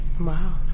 Wow